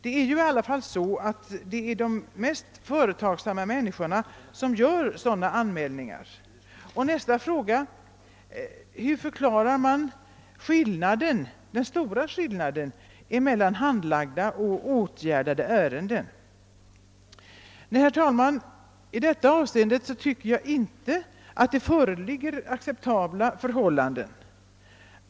Det är i alla fali en dast företagsamma människor som gör sådana anmälningar. Nästa fråga blir hur man skall förklara den stora skillnaden mellan handlagda och åtgärdade ärenden. Nej, herr talman, i detta avseende tycker jag inte att det föreligger acceptabla förhållanden.